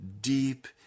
deep